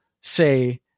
say